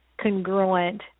congruent